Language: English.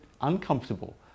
uncomfortable